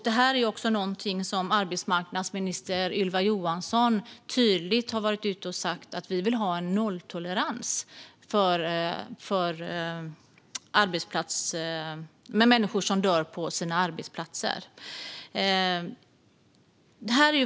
Detta är också någonting som arbetsmarknadsminister Ylva Johansson varit tydlig med - vi vill ha en nolltolerans för dödsfall på arbetsplatser.